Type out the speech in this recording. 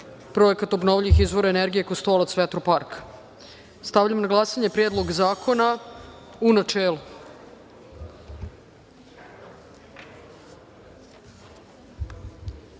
Projekat obnovljivih izvora energije Kostolac-vetropark. Stavljam na glasanje Predlog zakona u